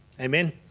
Amen